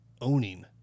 owning